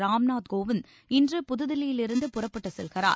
ராம் நாத் கோவிந்த் இன்று புதுதில்லியிலிருந்து புறப்பட்டுச் செல்கிறார்